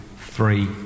three